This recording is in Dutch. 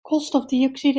koolstofdioxide